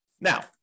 Now